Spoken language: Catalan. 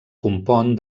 compon